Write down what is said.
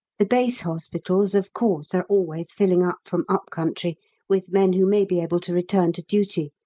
the base hospitals, of course, are always filling up from up country with men who may be able to return to duty,